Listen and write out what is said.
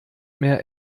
mehr